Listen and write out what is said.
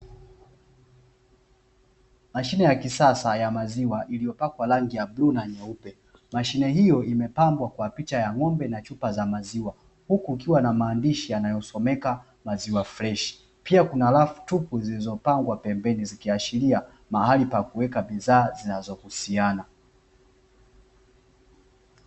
Mashine ya kisasa ya maziwa iliyopakwa rangi ya bluu na nyeupe, mashine hiyo imepambwa kwa picha ya ng'ombe na chupa za maziwa huku kukiwa na maandishi yanayosomeka "maziwa freshi" pia kuna rafu tupu zilizopangwa pembeni zikiashiria mahali pa kuweka bidhaa zinazohusiana.